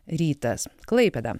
rytas klaipėda